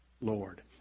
Lord